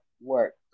work